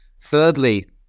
Thirdly